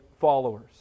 followers